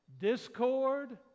discord